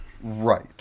Right